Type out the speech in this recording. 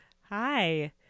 Hi